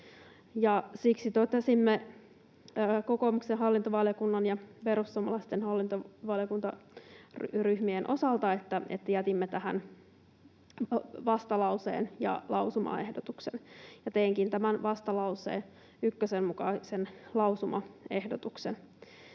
siksi totesimme kokoomuksen ja perussuomalaisten hallintovaliokuntaryhmien osalta, että jätämme tähän vastalauseen ja lausumaehdotuksen. Teenkin tämän vastalause ykkösen mukaisen lausumaehdotuksen.